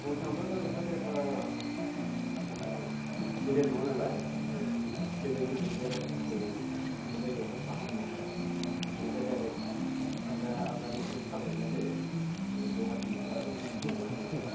बुंनो थाङोब्ला दा बिफोरो एफा माने गेदेर नङा नालाय गेदेर गेदेर बेरामखौ बे जायगायावहाय फाहामनो हाया बेनिफ्राय डायरेक आलदा आलदानिसिम फाथायहरनाय जायो गहाति एबा ओरै बेंगलथिंजाय